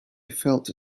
felt